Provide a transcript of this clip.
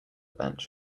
bench